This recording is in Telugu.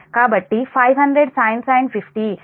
కాబట్టి 500 sin 50 కాబట్టి 383